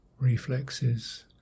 reflexes